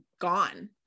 gone